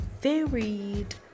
varied